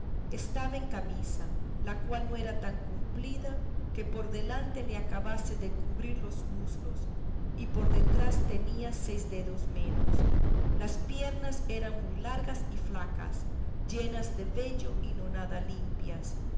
estaba en camisa la cual no era tan cumplida que por delante le acabase de cubrir los muslos y por detrás tenía seis dedos menos las piernas eran muy largas y flacas llenas de vello y no nada limpias